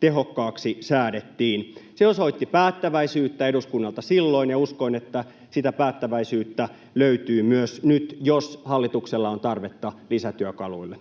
tehokkaaksi säädettiin. Se osoitti päättäväisyyttä eduskunnalta silloin, ja uskon, että sitä päättäväisyyttä löytyy myös nyt, jos hallituksella on tarvetta lisätyökaluille.